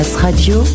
Radio